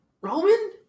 Roman